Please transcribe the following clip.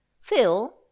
Phil